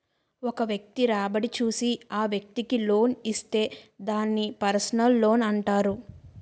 ఒక వ్యక్తి రాబడి చూసి ఆ వ్యక్తికి లోన్ ఇస్తే దాన్ని పర్సనల్ లోనంటారు